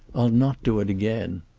i'll not do it again.